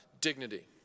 dignity